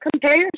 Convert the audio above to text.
Compare